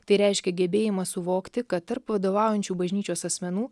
tai reiškia gebėjimą suvokti kad tarp vadovaujančių bažnyčios asmenų